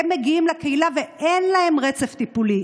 הם מגיעים לקהילה ואין להם רצף טיפולי,